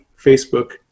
Facebook